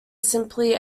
simply